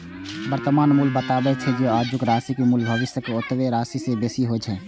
वर्तमान मूल्य बतबै छै, जे आजुक राशिक मूल्य भविष्यक ओतबे राशि सं बेसी होइ छै